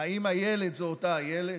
האם אילת היא אותה אילת?